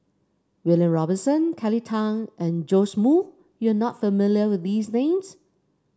William Robinson Kelly Tang and Joash Moo you are not familiar with these names